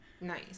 Nice